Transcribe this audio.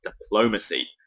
Diplomacy